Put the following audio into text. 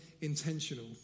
intentional